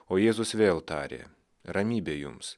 o jėzus vėl tarė ramybė jums